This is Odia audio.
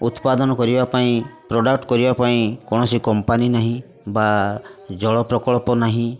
ଉତ୍ପାଦନ କରିବାପାଇଁ ପ୍ରଡ଼କ୍ଟ କରିବାପାଇଁ କୌଣସି କମ୍ପାନୀ ନାହିଁ ବା ଜଳ ପ୍ରକଳ୍ପ ନାହିଁ